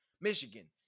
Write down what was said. Michigan